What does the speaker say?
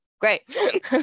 great